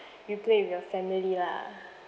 you play with your family lah